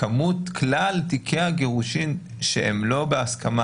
כמות כלל תיקי הגירושין שהם לא בהסכמה